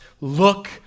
Look